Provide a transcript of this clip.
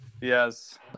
Yes